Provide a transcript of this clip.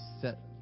set